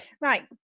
Right